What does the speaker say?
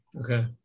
Okay